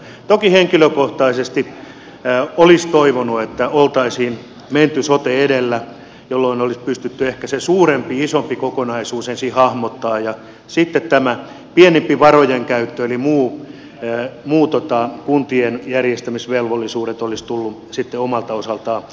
toki henkilökohtaisesti olisi toivonut että oltaisiin menty sote edellä jolloin olisi pystytty ehkä se suurempi isompi kokonaisuus ensin hahmottamaan ja sitten tämä pienempi varojen käyttö eli muut kuntien järjestämisvelvollisuudet olisivat tulleet sitten omalta osaltaan perässä